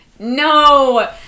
No